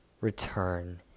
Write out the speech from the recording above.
Return